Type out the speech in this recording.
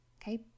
okay